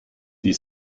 die